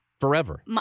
forever